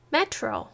Metro